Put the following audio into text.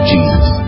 Jesus